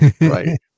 right